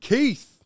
Keith